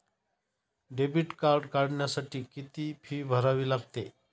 Debit card काढण्यासाठी किती fee भरावी लागते?